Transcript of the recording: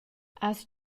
has